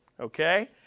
Okay